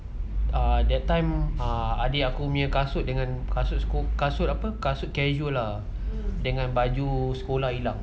err that time ah adik aku punya kasut dengan kasut kasut apa kasut casual lah dengan baju sekolah hilang